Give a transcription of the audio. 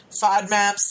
FODMAPs